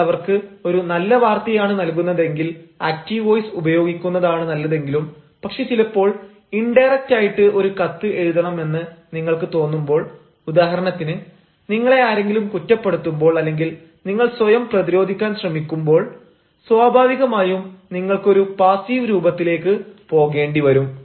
നിങ്ങൾ അവർക്ക് ഒരു നല്ല വാർത്തയാണ് നൽകുന്നതെങ്കിൽ ആക്ടീവ് വോയ്സ് ഉപയോഗിക്കുന്നതാണ് നല്ലതെങ്കിലും പക്ഷേ ചിലപ്പോൾ ഇൻഡയറക്ട് ആയിട്ട് ഒരു കത്ത് എഴുതണം എന്ന് നിങ്ങൾക്ക് തോന്നുമ്പോൾ ഉദാഹരണത്തിന് നിങ്ങളെ ആരെങ്കിലും കുറ്റപ്പെടുത്തുമ്പോൾ അല്ലെങ്കിൽ നിങ്ങൾ സ്വയം പ്രതിരോധിക്കാൻ ശ്രമിക്കുമ്പോൾ സ്വാഭാവികമായും നിങ്ങൾക്ക് ഒരു പാസീവ് രൂപത്തിലേക്ക് പോകേണ്ടിവരും